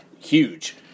huge